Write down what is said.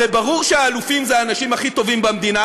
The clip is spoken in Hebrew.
הרי ברור שהאלופים הם האנשים הכי טובים במדינה,